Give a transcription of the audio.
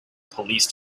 police